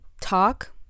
talk